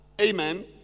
Amen